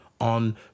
on